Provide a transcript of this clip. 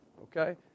Okay